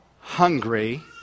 hungry